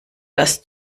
dass